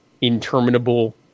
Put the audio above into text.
interminable